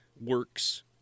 works